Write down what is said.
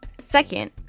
Second